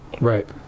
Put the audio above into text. Right